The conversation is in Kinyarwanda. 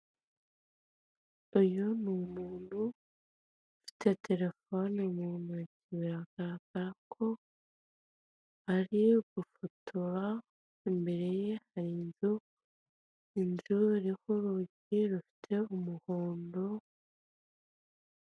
Uyu n'umuntu ufite telefone m'intoki biragaragara ko ari gufotora, imbere ye hari inzu inzu iriho urugi rufite ibara ry'umuhondo.